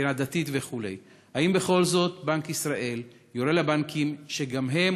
מבחינה דתית וכו' האם בכל זאת בנק ישראל יורה לבנקים שגם הם,